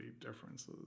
differences